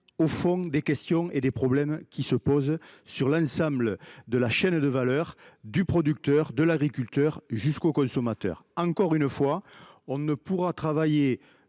au fond des problèmes qui se posent sur l’ensemble de la chaîne de valeur, du producteur, l’agriculteur, jusqu’au consommateur. Encore une fois, nous ne pourrons travailler